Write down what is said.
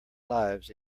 lives